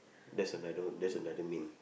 that's another that's another main